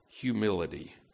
humility